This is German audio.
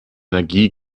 energie